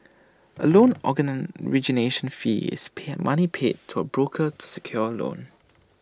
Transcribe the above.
A loan origination fee is paid money paid to A broker to secure A loan